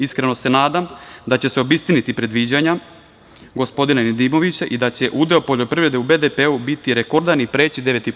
Iskreno se nadam da će se obistiniti predviđanja gospodina Nedimovića i da će udeo poljoprivrede u BDP-u biti rekordan i preći 9,5%